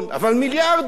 אבל מיליארדים.